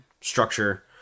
structure